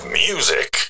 music